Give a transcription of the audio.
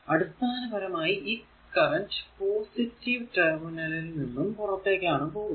അടിസ്ഥാനപരമായി ഈ current positive ടെർമിനലിൽ നിന്നും പുറത്തേക്കാണ് പോകുന്നത്